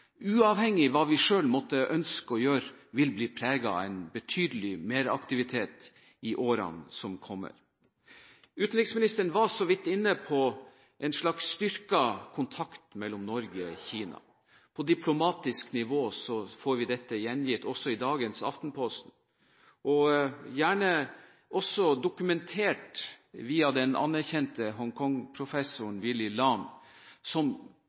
uavhengig av hva vi selv måtte ønske å gjøre – vil bli preget av en betydelig meraktivitet i årene som kommer. Utenriksministeren var så vidt inne på en slags styrket kontakt mellom Norge og Kina. På diplomatisk nivå får vi dette gjengitt i dag i Aftenposten – og dokumentert av den anerkjente Hongkong-professoren Willy Lam, som